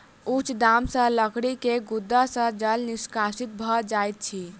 उच्च दाब सॅ लकड़ी के गुद्दा सॅ जल निष्कासित भ जाइत अछि